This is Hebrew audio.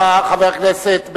חבר הכנסת בן-ארי,